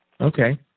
Okay